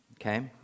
okay